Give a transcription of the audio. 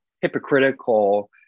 hypocritical